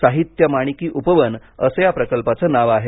साहित्य माणिकी उपवन असं या प्रकल्पाचं नावं आहे